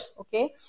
Okay